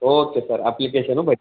okay sir application